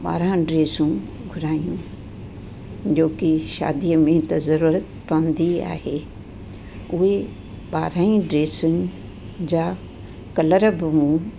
ॿारहं ड्रेसियूं घुरायूं जोकी शादीअ में त ज़रूरत पवंदी आहे उहे ॿारहं ई ड्रेसियूं जा कलर बि मूं